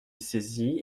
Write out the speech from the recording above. saisi